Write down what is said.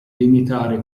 limitare